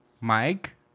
Mike